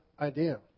idea